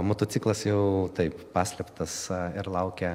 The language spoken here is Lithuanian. motociklas jau taip paslėptas ir laukia